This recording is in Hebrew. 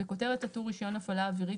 בכותרת הטור "רישיון הפעלה אווירית",